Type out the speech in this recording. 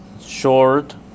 short